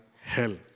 hell